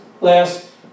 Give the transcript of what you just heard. last